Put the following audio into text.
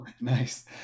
Nice